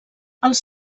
els